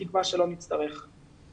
בתקווה שלא נצטרך שוב להפעיל אותו.